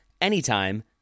anytime